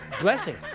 blessing